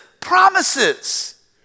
promises